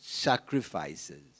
Sacrifices